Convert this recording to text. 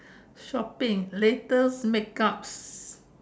shopping latest makeup